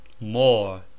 More